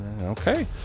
Okay